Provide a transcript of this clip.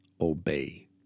obey